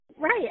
right